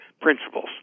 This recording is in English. principles